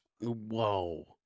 Whoa